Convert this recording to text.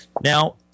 Now